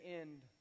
end